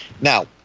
Now